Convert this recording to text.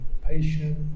patient